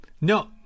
no